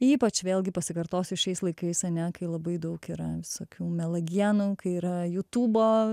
ypač vėlgi pasikartosiu šiais laikais ane kai labai daug yra visokių melagienų kai yra jutubo